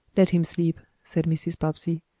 let him sleep, said mrs. bobbsey.